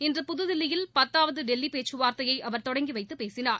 இன்று புதுதில்லியில் பத்தாவது டெல்லி பேச்சுவார்த்தையை அவர் தொடங்கி வைத்து பேசினார்